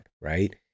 right